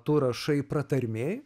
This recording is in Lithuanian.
tu rašai pratarmėj